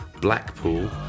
Blackpool